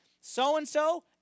so-and-so